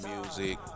Music